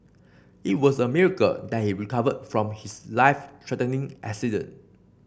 it was a miracle that he recovered from his life threatening accident